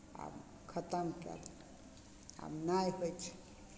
आब खतम कए आब नहि होइ छै